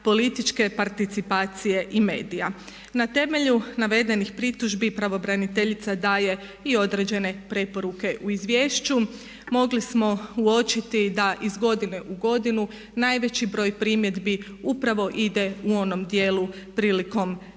političke participacije i medija. Na temelju navedenih pritužbi pravobraniteljica daje i određene preporuke u izvješću. Mogli smo uočiti da iz godine u godinu najveći broj primjedbi upravo ide u onom dijelu prilikom